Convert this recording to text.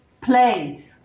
play